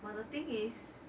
but the thing is